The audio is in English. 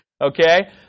okay